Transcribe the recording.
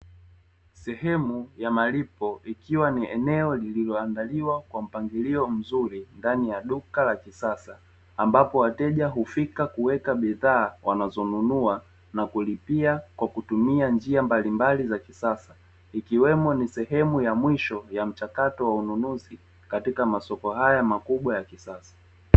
Sehemu ya malipo ambapo ni eneo liloandaliwa kwa manunuzi ikiwa ni sehemu ya ya masoko